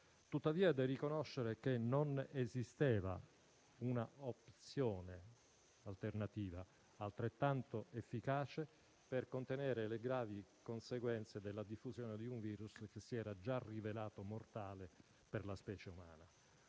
Tuttavia, è da riconoscere che non esisteva un'opzione alternativa altrettanto efficace per contenere le gravi conseguenze della diffusione di un virus che si era già rivelato mortale per la specie umana.